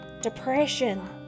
depression